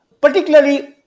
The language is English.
particularly